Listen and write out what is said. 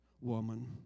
woman